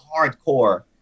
hardcore